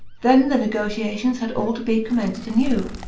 then the negotiations had all to be commenced anew.